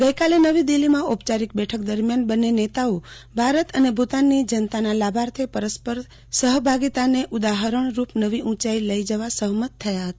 ગઈકાલે નવી દીલ્હીમાં ઔપચારિક બેઠક દરમ્યાન બંને નેતાઓ ભારત અને ભુતાનની જનતાના લાભાર્થે પરસ્પર સહભાગીતાને ઉદાહરણરૂપ નવી ઉંચાઈએ લઈ જવા સેહમત થયા હતા